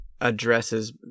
addresses